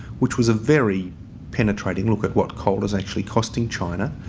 which was a very penetrating look at what coal is actually costing china,